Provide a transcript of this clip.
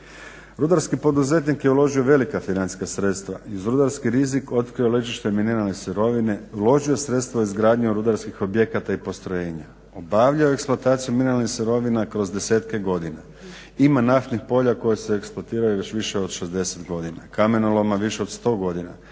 Rudarski poduzetnik je uložio velika financijska sredstva i rudarski rizik otkrio ležište mineralne sirovine, uložio sredstva u izgradnju rudarskih objekata i postrojenja, obavljao je eksploataciju mineralnih sirovina kroz desetke godina. Ima naftnih polja koja se eksploatiraju još više od 60 godina, kamenoloma više od 100 godina,